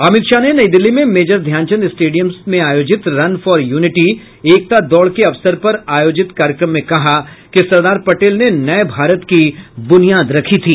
अमित शाह ने नई दिल्ली में major Dhyanchand stadium से आयोजित रन फॉर यूनिटी एकता दौड़ के अवसर पर आयोजित कार्यक्रम में कहा कि सरदार पटेल ने नये भारत की ब्रनियाद रखी थी